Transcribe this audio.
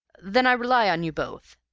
then i rely on you both.